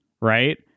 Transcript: right